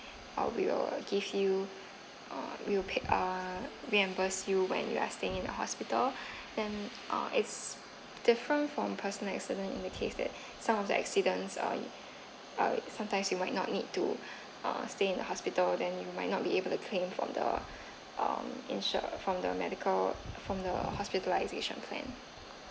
of your give you uh we'll pay uh reimburse you when you're staying in a hospital then uh it's different from personal accident in the case that (pbb) some of the accidents uh it uh sometimes you might not need to uh stay in the hospital then it might not be able to claim from the um insure from the medical uh from the hospitalisation plan